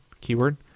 keyword